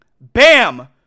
Bam